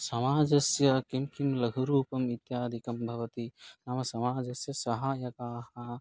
समाजस्य किं किं लघुरूपम् इत्यादिकं भवति नाम समाजस्य सहायकाः